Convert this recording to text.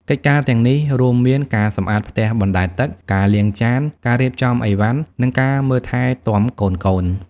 កិច្ចការទាំងនេះរួមមាន ការសម្អាតផ្ទះបណ្ដែតទឹក ការលាងចាន ការរៀបចំឥវ៉ាន់ និងការមើលថែទាំកូនៗ។